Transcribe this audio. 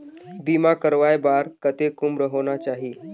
बीमा करवाय बार कतेक उम्र होना चाही?